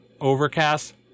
Overcast